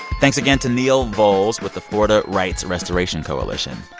thanks again to neil volz with the florida rights restoration coalition.